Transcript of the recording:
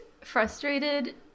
frustrated